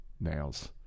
nails